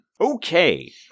Okay